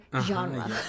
genre